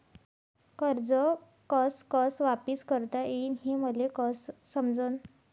कर्ज कस कस वापिस करता येईन, हे मले कस समजनं?